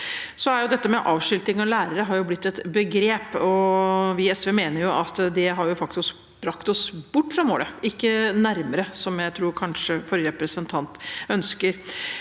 Så har avskilting av lærere blitt et begrep, og vi i SV mener jo at det har brakt oss bort fra målet, ikke nærmere, som jeg kanskje tror forrige representant ønsker.